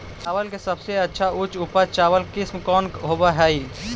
चावल के सबसे अच्छा उच्च उपज चावल किस्म कौन होव हई?